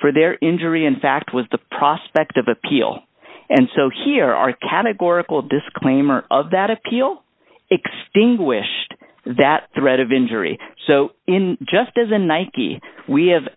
for their injury in fact was the prospect of appeal and so here are a categorical disclaimer of that appeal extinguished that threat of injury so in just as a nike we have